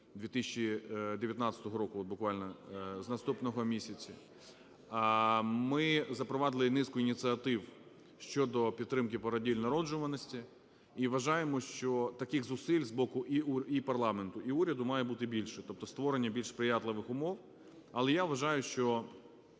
2019 року, от буквально з наступного місяця. Ми запровадили низку ініціатив щодо підтримкипороділь, народжуваності, і вважаємо, що таких зусиль з боку і парламенту, і уряду має бути більше. Тобто створення більш сприятливих умов. Але я вважаю, що